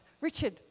Richard